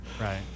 Right